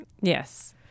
Yes